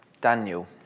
Daniel